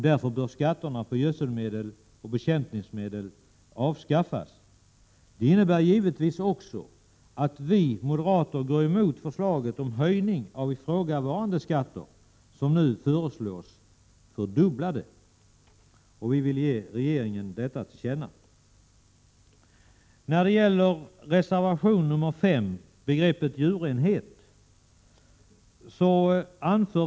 Därför bör skatter på gödselmedel och bekämpningsmedel avskaffas. Det innebär givetvis också att vi moderater går emot förslaget om höjning av ifrågavarande skatter som nu föreslås fördubblade. Detta vill vi ge regeringen till känna. Reservation 5 gäller begreppet djurenhet.